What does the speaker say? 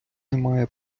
немає